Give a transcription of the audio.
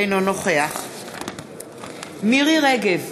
אינו נוכח מירי רגב,